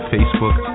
Facebook